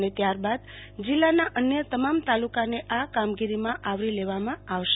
અને ત્યારબાદ જિલ્લાના અન્ય તમામ તાલુકાને આ કામગીરીમાં આવરી લેવામાં આવશે